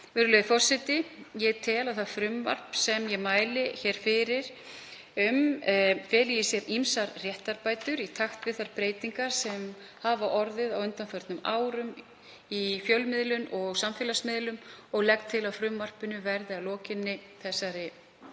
Virðulegur forseti. Ég tel að það frumvarp sem ég mæli hér fyrir feli í sér ýmsar réttarbætur í takt við þær breytingar sem hafa orðið á undanförnum árum í fjölmiðlun og á samfélagsmiðlum og legg til að frumvarpinu verði að lokinni 1. umr.